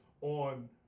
on